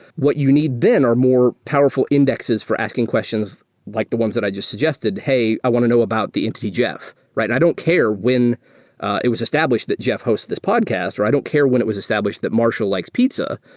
what you need then are more powerful indexes for asking questions like the ones that i just suggested, hey, i want to know about the entity jeff. i don't care when it was established that jeff host this podcast, or i don't care when it was established that marshall likes pizza.